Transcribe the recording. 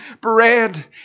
bread